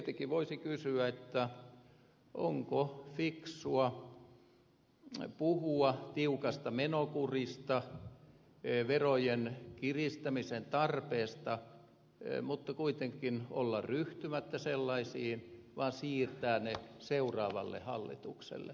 tietenkin voisi kysyä onko fiksua puhua tiukasta menokurista verojen kiristämisen tarpeesta mutta kuitenkin olla ryhtymättä sellaisiin vaan siirtää ne seuraavalle hallitukselle